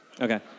Okay